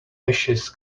ashes